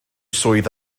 swydd